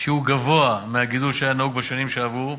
שהוא גבוה מהגידול שהיה נהוג בשנים שעברו.